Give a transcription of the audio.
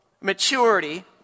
maturity